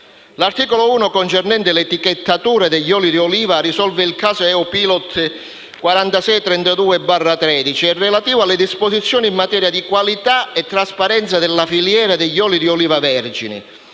L'articolo 1, concernente l'etichettatura degli oli di oliva, risolve il caso EU Pilot 4632/13/AGRI, relativo alle disposizioni in materia di qualità e trasparenza della filiera degli oli di oliva vergini.